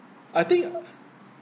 I think uh